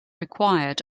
required